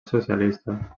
socialista